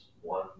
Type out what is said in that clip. One